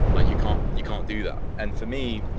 ah you can't you can't do that. and for me,